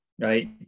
right